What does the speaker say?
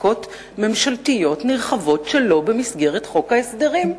חקיקות ממשלתיות נרחבות שלא במסגרת חוק ההסדרים.